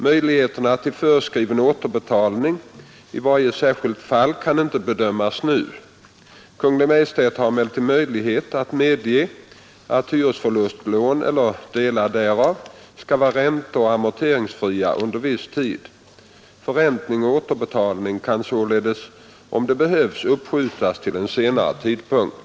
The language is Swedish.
Möjligheterna till föreskriven återbetalning i varje särskilt fall kan inte bedömas nu. Kungl. Maj:t har emellertid möjlighet att medge att hyresförlustlån eller delar därav skall vara ränteoch amorteringsfria under viss tid. Förräntning och återbetalning kan således, om det behövs, uppskjutas till en senare tidpunkt.